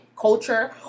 culture